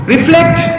Reflect